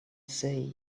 say